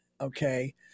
Okay